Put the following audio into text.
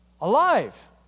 Alive